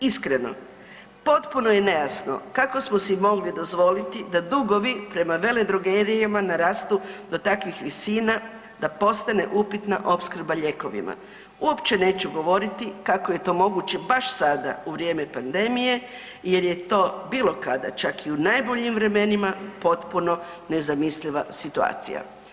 Iskreno potpuno je nejasno kako smo si mogli dozvoliti da dugovi prema vele drogerijama narastu do takvih visina da postane upitna opskrba lijekovima, uopće neću govoriti kako je to moguće baš sada u vrijeme pandemije jer je to bilo kada čak i u najboljim vremenima potpuno nezamisliva situacija.